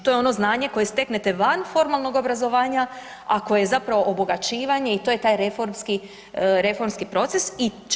To je ono znanje koje steknete van formalnog obrazovanja, a koje je zapravo obogaćivanje i to je taj reformski, reformski proces.